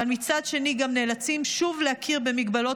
אבל מצד שני גם נאלצים שוב להכיר במגבלות